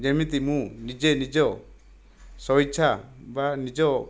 ଯେମିତି ମୁଁ ନିଜେ ନିଜ ସ୍ୱଇଚ୍ଛା ବା ନିଜ